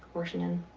wer-shen-den.